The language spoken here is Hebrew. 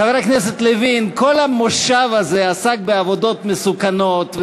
חבר הכנסת לוין כל המושב הזה עסק בעבודות מסוכנות,